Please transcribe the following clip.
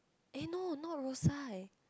eh no not Rosyth